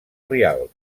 rialb